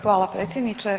Hvala predsjedniče.